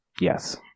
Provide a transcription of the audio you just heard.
Yes